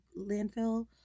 landfill